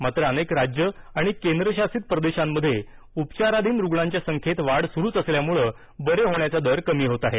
मात्र अनेक राज्यं आणि केंद्रशासित प्रदेशांमध्ये उपचाराधीन रुग्णांच्या संख्येत वाढ सुरूच असल्यानं बरे होण्याचा दर कमी होत आहे